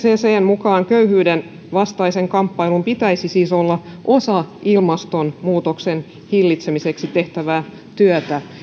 mukaan köyhyyden vastaisen kamppailun pitäisi siis olla osa ilmastonmuutoksen hillitsemiseksi tehtävää työtä